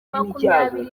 makumyabiri